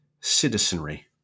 citizenry